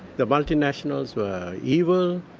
the multinationals were evil,